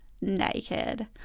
naked